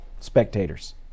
Spectators